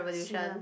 serum